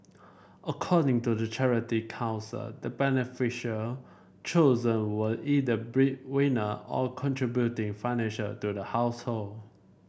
according to the Charity Council the beneficial chosen were either bread winner or contributing financial to the household